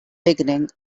beginning